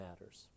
matters